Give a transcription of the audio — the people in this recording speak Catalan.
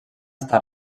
està